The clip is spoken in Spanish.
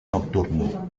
nocturno